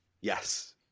Yes